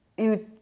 you'd